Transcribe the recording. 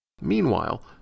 Meanwhile